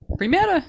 primeira